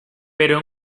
pero